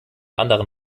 anderen